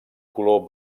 color